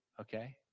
Okay